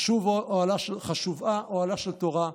חשוב אוהלה של תורה,